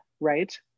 right